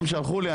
הם שלחו לי.